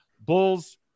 Bulls